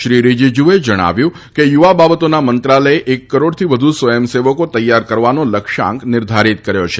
શ્રી રીજીજૂએ જણાવ્યું હતું કે યુવા બાબતોના મંત્રાલયે એક કરોડથી વધુ સ્વયંસેવકો તૈયાર કરવાનો લક્ષ્યાંક નિર્ધારિત કર્યો છે